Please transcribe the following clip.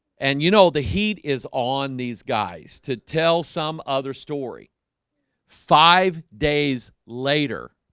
and you know the heat is on these guys to tell some other story five days later